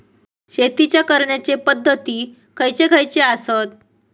शेतीच्या करण्याचे पध्दती खैचे खैचे आसत?